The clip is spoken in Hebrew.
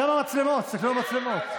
תסתכלו למצלמות.